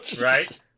right